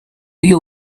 you